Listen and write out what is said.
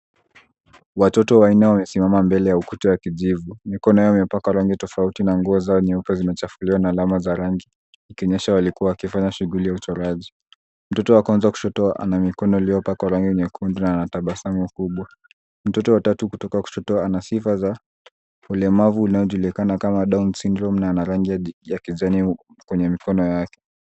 Watoto wanne wamesimama mbele ya ukuta wa kijivu. Mikono yao imepakwa rangi tofauti, na nguo zao nyeupe zimechafuliwa na alama za rangi, ikionyesha walikuwa wakifanya shughuli ya uchoraji. Mtoto wa kwanza wa kushoto ana mikono iliyopakwa rangi nyekundu, na anatabasamu kubwa. Mtoto wa tatu kutoka kushoto anasifa za ulemavu unaojulikana kama (Down Syndrome), na ana rangi ya kijani kwenye mikono yake.